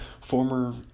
former